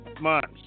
months